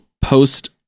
post